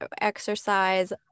exercise